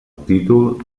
títol